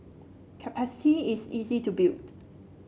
is easy to build